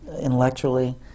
Intellectually